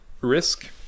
risk